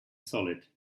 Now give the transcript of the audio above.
solid